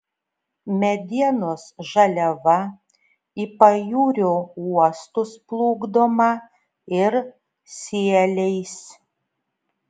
medienos žaliava į pajūrio uostus plukdoma ir sieliais